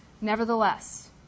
Nevertheless